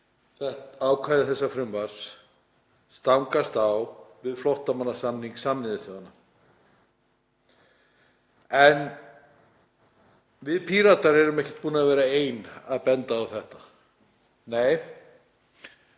það að ákvæði þessa frumvarps stangast á við flóttamannasamning Sameinuðu þjóðanna. Við Píratar erum ekki búin að vera ein að benda á þetta. Nei,